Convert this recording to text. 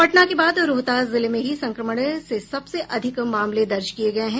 पटना के बाद रोहतास जिले में ही संक्रमण से सबसे अधिक मामले दर्ज किये गये हैं